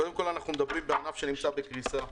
קודם כול, אנחנו מדברים בענף שנמצא בקריסה.